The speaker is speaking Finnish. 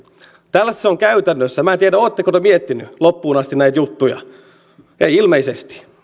tällaista se on käytännössä en tiedä oletteko te miettineet loppuun asti näitä juttuja ei ilmeisesti